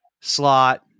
slot